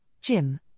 Jim